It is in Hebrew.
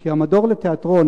כי המדור לתיאטרון,